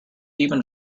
even